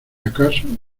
acaso